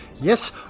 Yes